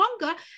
longer